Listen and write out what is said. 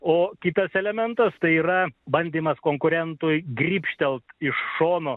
o kitas elementas tai yra bandymas konkurentui grybštelt iš šono